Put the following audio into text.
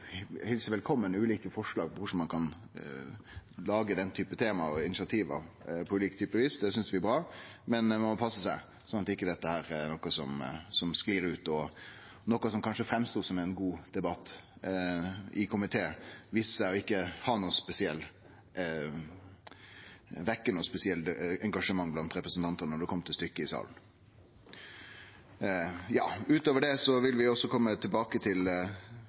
bra, men ein må passe seg så dette ikkje blir noko som sklir ut, og at noko som kanskje verka som ein god debatt i komiteen, viste seg å ikkje vekkje noko spesielt engasjement blant representantane i salen når det kom til stykket. Utover det vil vi kome tilbake til Stortingets sekretariat med kva vi skal meine om dei ulike forslaga som er komne. Vi har ikkje hatt tid til